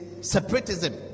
separatism